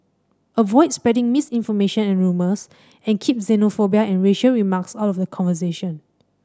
avoid spreading misinformation and rumours and keep xenophobia and racial remarks out of the conversation